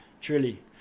Truly